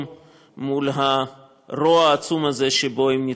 מול הרוע העצום הזה שבו הם נתקלו.